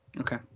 Okay